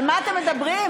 על מה אתם מדברים?